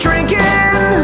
Drinking